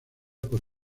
por